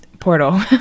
portal